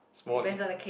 fall in